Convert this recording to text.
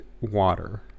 water